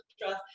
trust